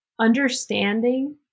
Understanding